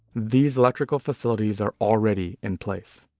these electrical facilities are already in place.